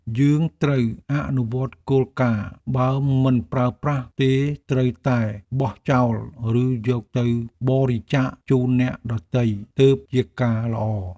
យើងត្រូវអនុវត្តគោលការណ៍បើមិនប្រើប្រាស់ទេត្រូវតែបោះចោលឬយកទៅបរិច្ចាគជូនអ្នកដទៃទើបជាការល្អ។